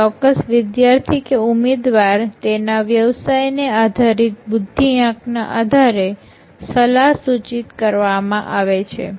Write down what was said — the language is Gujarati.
કોઈ ચોક્કસ વિદ્યાર્થી કે ઉમેદવાર તેના વ્યવસાય ને આધારિત બુદ્ધિઆંક ના આધારે સલાહસુચિત કરવામાં આવે છે